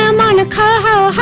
um monaco.